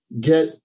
get